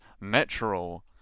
natural